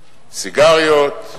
סיגריות,